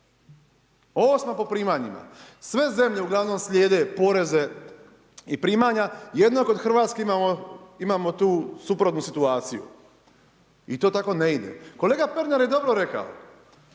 a 8. po primanjima. Sve zemlje uglavnom slijede poreze i primanja, jedino kod Hrvatske imamo tu suprotnu situaciju. I to tako ne ide. Kolega Pernar je dobro rekao,